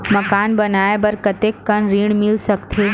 मकान बनाये बर कतेकन ऋण मिल सकथे?